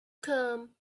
come